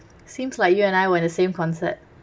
seems like you and I were in the same concert